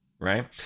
right